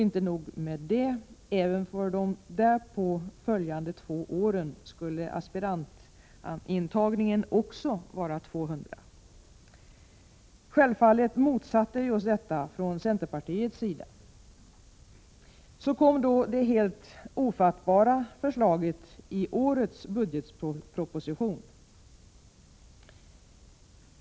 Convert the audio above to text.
Inte nog med det — även de därpå följande två åren skulle intagningsantalet för aspiranter vara 200. Självfallet motsatte vi oss detta från centerpartiets sida. Så kom då det helt ofattbara förslaget i årets budgetproposition.